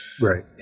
right